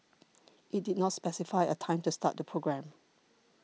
it did not specify a time to start the programme